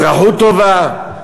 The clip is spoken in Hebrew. לאזרחות טובה.